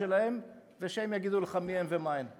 ומה שהייתי מצפה ממך, כאחד השרים היותר-הגונים,